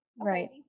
right